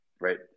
right